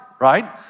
right